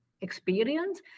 experience